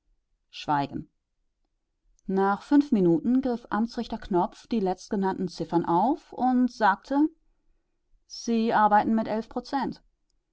schweigen nach fünf minuten griff amtsrichter knopf die letztgenannten ziffern auf und sagte sie arbeiten mit